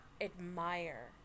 admire